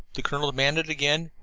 the colonel demanded again,